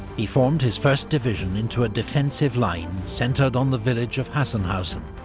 he formed his first division into a defensive line centred on the village of hassenhausen,